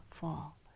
fall